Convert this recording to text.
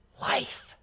life